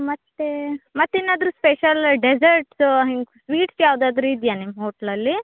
ಮತ್ತೆ ಮತ್ತೇನಾದರೂ special desserts ಹಿಂಗೆ ಸ್ವೀಟ್ಸ್ ಯಾವುದಾದ್ರೂ ಇದ್ಯಾ ನಿಮ್ಮ ಹೋಟ್ಲಲ್ಲಿ